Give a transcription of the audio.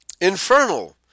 infernal